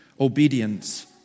obedience